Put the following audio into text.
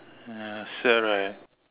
ya sad right